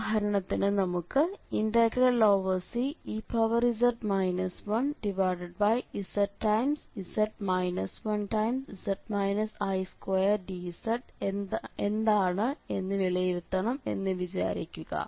ഉദാഹരണത്തിന് നമുക്ക് Cez 1zz 1z i2dz എന്താണ് എന്ന് വിലയിരുത്തണം എന്ന് വിചാരിക്കുക